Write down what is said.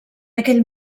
aquell